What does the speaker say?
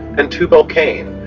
and tubal-cain,